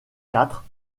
quatre